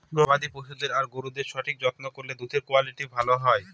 গবাদি পশুদের আর গরুদের সঠিক যত্ন করলে দুধের কুয়ালিটি ভালো হয়